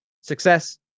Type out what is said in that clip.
success